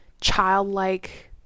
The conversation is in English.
childlike